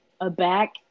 aback